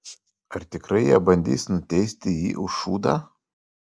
ar tikrai jie bandys nuteisti jį už šūdą